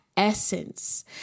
essence